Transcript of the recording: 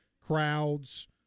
crowds